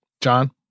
John